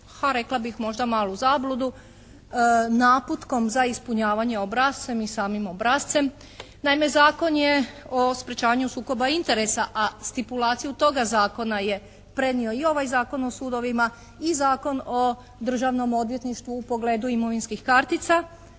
a rekla bih možda malu zabludu naputkom za ispunjavanje obrasca i samom obrascem. Naime, Zakon je o sprječavanju sukobu interesa, a stipulaciju toga Zakona je prenio i ovaj Zakon o sudovima i Zakon o Državnom odvjetništvu u pogledu imovinskih kartica.